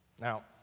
Now